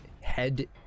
head